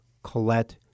Colette